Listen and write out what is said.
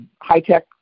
high-tech